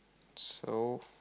so